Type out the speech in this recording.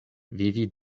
vivi